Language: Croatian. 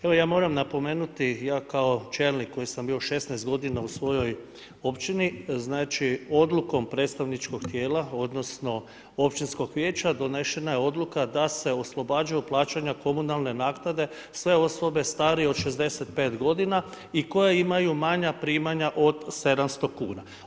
Evo, ja moram napomenuti ja kao čelnik koji sam bio 16 g. u svojoj općini znači odlukom predstavničkog tijela odnosno općinskog vijeća donesena je odluka da se oslobađaju plaćanja komunalne naknade sve osobe starije od 65 godina i koja imaju manja primanja od 700 kuna.